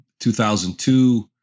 2002